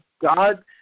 God